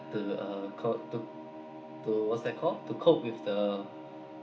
to the uh cope to to what's that called to cope with the